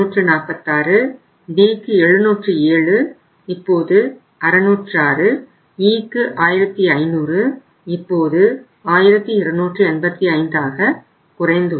Dக்கு 707 இப்போது 606 Eக்கு 1500 இப்போது 1285ஆக குறைந்துள்ளது